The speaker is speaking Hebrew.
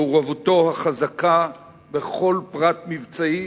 מעורבותו החזקה בכל פרט מבצעי,